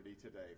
today